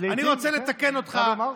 לעיתים, כן, אני חייב לומר.